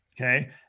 okay